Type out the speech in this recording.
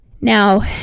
Now